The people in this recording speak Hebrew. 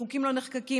חוקים לא נחקקים,